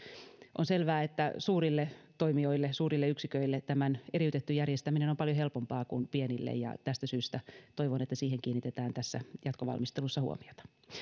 on selvää että suurille toimijoille suurille yksiköille tämän eriytetty järjestäminen on on paljon helpompaa kuin pienille ja tästä syystä toivon että siihen kiinnitetään tässä jatkovalmistelussa huomiota